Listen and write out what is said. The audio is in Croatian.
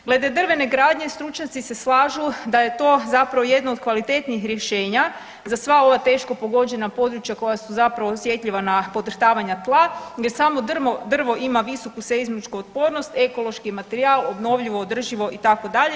Glede drvene gradnje stručnjaci se slažu da je to zapravo jedno od kvalitetnijih rješenja za sva ova teško pogođena područja koja su zapravo osjetljiva na podrhtavanja tla, jer samo drvo ima visoku seizmičku otpornost, ekološki je materijal, obnovljivo, održivo itd.